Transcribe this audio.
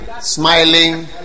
smiling